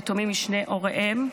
יתומים משני הוריהם,